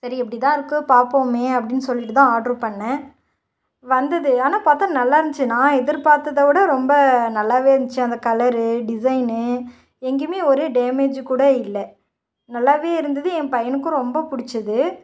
சரி எப்படி தான் இருக்குது பார்ப்போமே அப்படீன்னு சொல்லிவிட்டு தான் ஆட்ரு பண்ணிணேன் வந்தது ஆனால் பார்த்தா நல்லாருந்துச்சு நான் எதிர்பார்த்தத விட ரொம்ப நல்லாவே இருந்துச்சு அந்த கலரு டிசைன்னு எங்கேயுமே ஒரு டேமேஜூ கூட இல்லை நல்லாவே இருந்தது என் பையனுக்கு ரொம்ப பிடிச்சிது